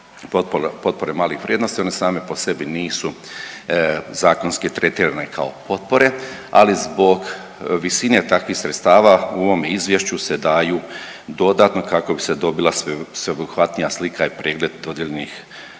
potpore malih vrijednosti? One same po sebi nisu zakonski tretirane kao potpore ali zbog visine takvih sredstava u ovom izvješću se daju dodatno kako bi se dobila sveobuhvatnija slika i pregled dodijeljenih